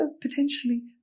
potentially